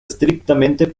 estrictamente